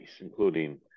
including